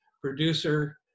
producer